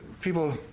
people